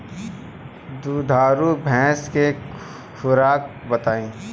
दुधारू भैंस के खुराक बताई?